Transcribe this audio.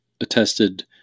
attested